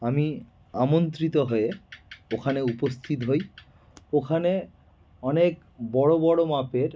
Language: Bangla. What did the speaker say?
আমি আমন্ত্রিত হয়ে ওখানে উপস্থিত হই ওখানে অনেক বড়ো বড়ো মাপের